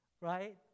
right